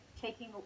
taking